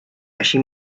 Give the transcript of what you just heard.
així